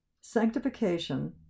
sanctification